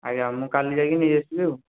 ଆଜ୍ଞା ମୁଁ କାଲି ଯାଇକି ନେଇ ଆସିବି ଆଉ